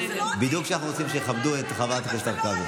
בדיוק כמו שאנחנו רוצים שיכבדו את חברת הכנסת הרכבי.